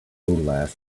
last